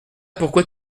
pourquoi